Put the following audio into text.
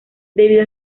debido